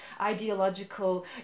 Ideological